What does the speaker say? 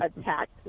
attacked